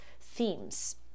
themes